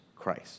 Christ